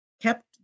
kept